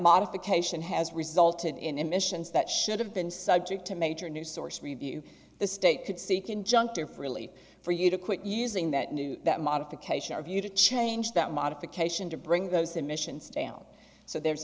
modification has resulted in emissions that should have been subject to major new source review the state could seek injunctive really for you to quit using that new that modification of you to change that modification to bring those emissions down so there's